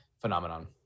phenomenon